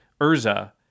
Urza